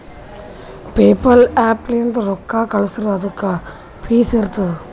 PayPal app ಲಿಂತ್ ರೊಕ್ಕಾ ಕಳ್ಸುರ್ ಅದುಕ್ಕ ಫೀಸ್ ಇರ್ತುದ್